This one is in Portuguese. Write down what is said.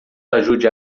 ajude